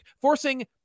forcing